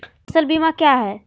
फ़सल बीमा क्या है?